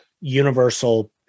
universal